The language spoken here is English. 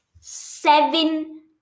seven